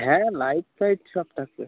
হ্যাঁ light fight সব থাকবে